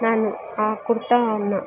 ನಾನು ಆ ಕುರ್ತಾವನ್ನು